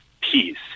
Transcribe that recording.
peace